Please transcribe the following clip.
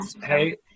hey